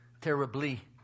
terribly